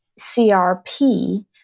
CRP